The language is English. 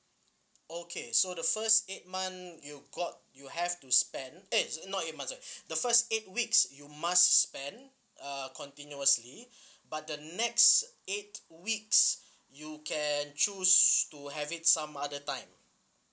okay so the first eight month you got you have to spend eh is not you must have the first eight weeks you must spend uh continuously but the next eight weeks you can choose to have it some other time